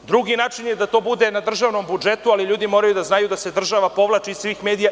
Drugi način je da to bude na državnom budžetu, ali ljudi moraju da znaju da se država povlači iz svih medija.